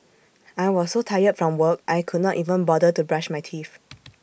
I was so tired from work I could not even bother to brush my teeth